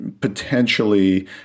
potentially